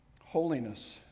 Holiness